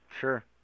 Sure